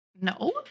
No